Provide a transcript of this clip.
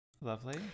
lovely